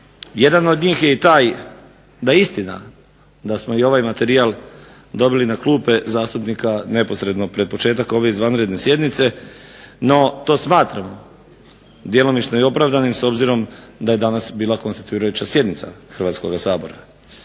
Jedan od njih je i taj da istina da smo i ovaj materijal dobili na klupe zastupnika neposredno pred početak ove izvanredne sjednice, no to smatramo djelomično i opravdanim s obzirom da je danas bila konstituirajuća sjednica Hrvatskoga sabora.